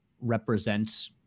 represent